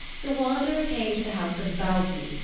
the wanderer came to the house of baugi,